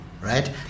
right